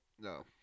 No